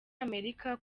amerika